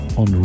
on